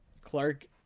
clark